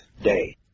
day